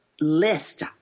list